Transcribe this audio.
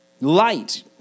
Light